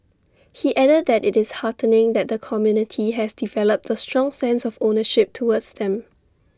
he added that IT is heartening that the community has developed A strong sense of ownership towards them